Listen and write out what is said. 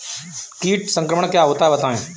कीट संक्रमण क्या होता है बताएँ?